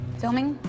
filming